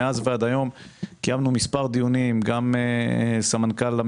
מאז ועד היום קיימנו מספר דיונים עם כולם בניסיון